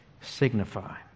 signify